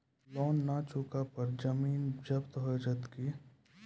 Loan न चुका पर जमीन जब्ती हो जैत की?